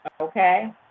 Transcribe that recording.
okay